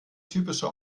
typischer